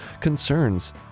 concerns